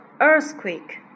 earthquake